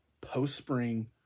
post-spring